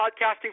podcasting